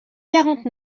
quarante